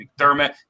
McDermott